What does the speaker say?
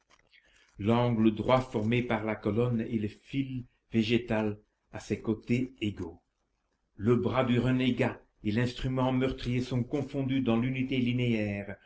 l'angle droit formé par la colonne et le fil végétal a ses côtés égaux le bras du renégat et l'instrument meurtrier sont confondus dans l'unité linéaire